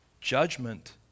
Judgment